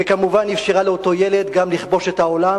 וכמובן, אפשרה לאותו ילד גם לכבוש את העולם.